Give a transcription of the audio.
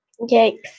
Yikes